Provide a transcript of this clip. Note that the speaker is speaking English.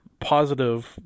positive